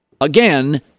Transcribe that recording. again